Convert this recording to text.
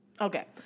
Okay